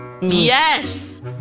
Yes